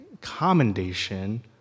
commendation